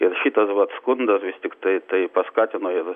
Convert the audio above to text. ir šitas vat skunas vis tiktai tai paskatino ir